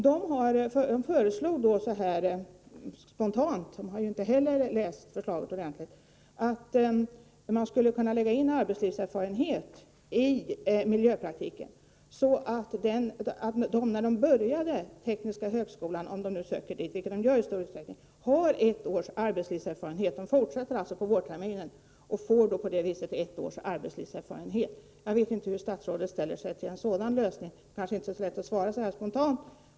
De föreslog då spontant — de har ju inte heller läst förslaget ordentligt — att man skulle kunna lägga in arbetslivserfarenhet i miljöpraktiken. Då skulle eleverna när de började på tekniska högskolan — om de nu söker dit, vilket de göristor utsträckning — ha ett års arbetslivserfarenhet. De fortsätter alltså på vårterminen och får på det sättet ett års arbetslivserfarenhet. Jag vet inte hur statsrådet ställer sig till en sådan lösning. Det är kanske inte lätt att svara så här spontant.